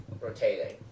rotating